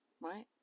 right